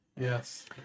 Yes